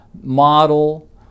Model